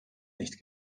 nicht